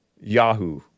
Yahoo